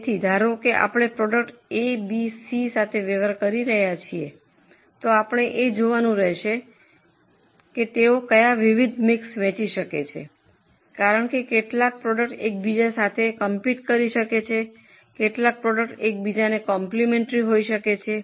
તેથી ધારો કે આપણે પ્રોડક્ટ A B C સાથે વ્યવહાર કરી રહ્યા છીએ આપણે તે જોવાનું રહેશે કે તેઓ કયા વિવિધ મિક્સ વેચી શકે છે કારણ કે કેટલાક પ્રોડક્ટ એક બીજા સાથે કૉપીઠ કરી શકે છે કેટલાક પ્રોડક્ટ એક બીજાના કોમ્પ્લિમેન્ટરી હોઈ શકે છે